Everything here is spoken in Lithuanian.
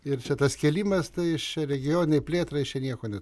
ir čia tas kėlimas tai čia regioninei plėtrai jis čia nieko ne